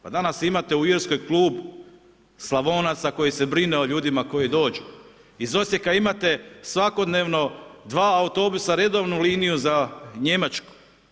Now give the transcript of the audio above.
Pa danas imate u Irskoj klub Slavonaca koji se brine o ljudima koji dođu, iz Osijeka imate svakodnevno 2 autobusa, redovnu liniju za Njemačku.